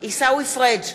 עיסאווי פריג'